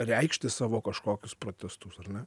reikšti savo kažkokius protestus ar ne